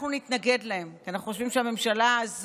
אנחנו נתנגד להן, כי אנחנו חושבים שהממשלה הזאת